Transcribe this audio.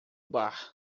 bar